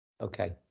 okay